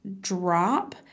Drop